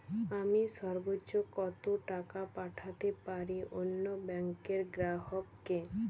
আমি সর্বোচ্চ কতো টাকা পাঠাতে পারি অন্য ব্যাংকের গ্রাহক কে?